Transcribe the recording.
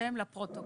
שם לפרוטוקול.